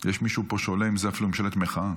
יש פה מישהו שעולה עם זה אפילו עם שלט מחאה.